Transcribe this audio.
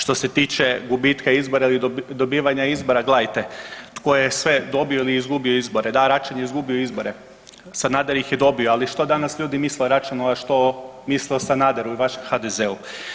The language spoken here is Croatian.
Što se tiče gubitka izbora ili dobivanja izbora, gledajte tko je sve dobio ili izgubio izbore, da Račan je izgubio izbore, Sanader ih dobio, ali što danas ljudi misle o Račanu, a što misle o Sanaderu i vašem HDZ-u.